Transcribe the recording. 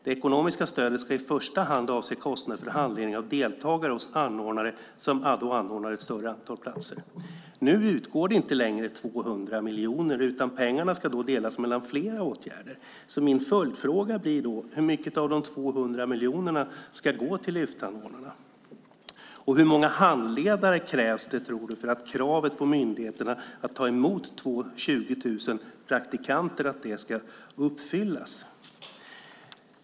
Det ekonomiska stödet ska i första hand avse kostnader för handledning av deltagare hos anordnare som anordnar ett större antal platser. Nu utgår inte längre 200 miljoner, utan pengarna ska delas mellan flera åtgärder. Min följdfråga blir därför: Hur mycket av de 200 miljonerna ska gå till Lyftanordnarna? Vidare undrar jag hur många handledare du tror att det behövs för att kravet på myndigheterna om att ta emot 20 000 praktikanter ska uppfyllas?